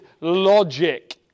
logic